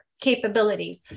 capabilities